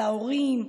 על ההורים,